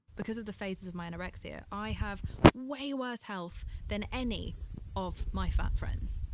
because of the phases of my anorexia, i have way worse health than any of my fat friends.